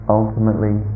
ultimately